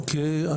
בזום).